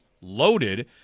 loaded